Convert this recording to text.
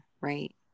right